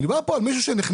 מדובר פה על מישהו שנחנק,